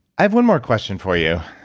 i have one more question for you.